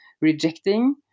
rejecting